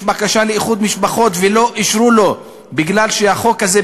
בקשה לאיחוד משפחות ולא אישרו לו בגלל החוק הזה,